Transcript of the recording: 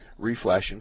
reflashing